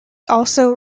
also